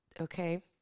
Okay